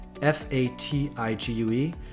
F-A-T-I-G-U-E